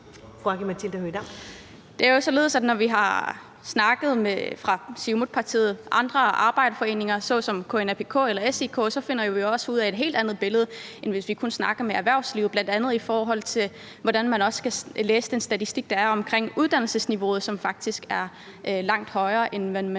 Det er jo således, at når vi fra partiet Siumut har snakket med andre arbejderforeninger, såsom KNAPK eller SIK, så finder vi også ud af, at der er et helt andet billede, end hvis vi kun snakker med erhvervslivet, bl.a. i forhold til hvordan man også kan læse den statistik, der er om uddannelsesniveauet, som faktisk er langt højere, end sådan